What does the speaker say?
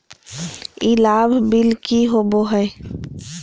ई लाभ बिल की होबो हैं?